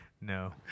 No